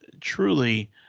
Truly